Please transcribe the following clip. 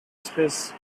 space